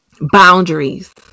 Boundaries